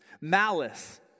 malice